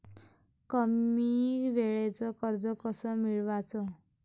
कमी वेळचं कर्ज कस मिळवाचं?